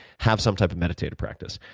have some type of meditative practice.